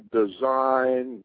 design